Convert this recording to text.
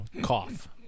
Cough